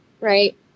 right